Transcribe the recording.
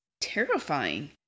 terrifying